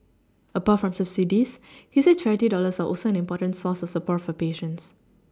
apart from subsidies he said charity dollars are also an important source of support for patients